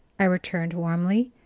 i returned warmly,